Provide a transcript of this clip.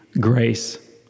grace